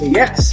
yes